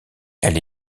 elle